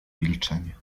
milczenie